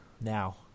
now